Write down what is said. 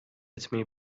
etmeyi